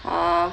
ah